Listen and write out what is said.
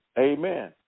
amen